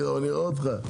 פתאום אני רואה אותך.